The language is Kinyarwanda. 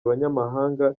abanyamahanga